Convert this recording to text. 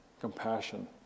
compassion